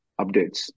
updates